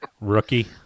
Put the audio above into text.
rookie